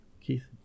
Keith